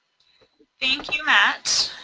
thank you matt.